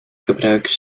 gebruiken